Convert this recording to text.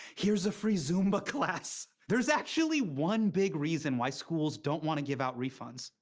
here's a free zumba class. there's actually one big reason why schools don't want to give out refunds.